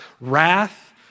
Wrath